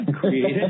created